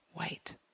Wait